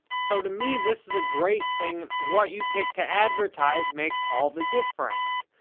so, to me, this is a great thing. what you pick to advertise makes all the difference.